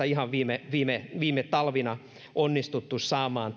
ihan viime viime talvina on onnistuttu saamaan